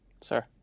Sir